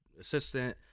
assistant